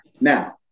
Now